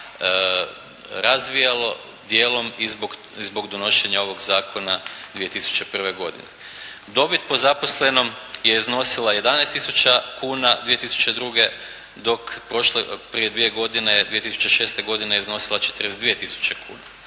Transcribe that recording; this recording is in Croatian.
razvijalo dijelom i zbog donošenja ovog zakona 2001. godine. Dobit po zaposlenom je iznosila 11000 kuna 2002., dok prošle, prije dvije godine 2006. godine je iznosila 42000 kuna.